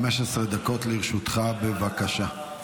15 דקות לרשותך, בבקשה.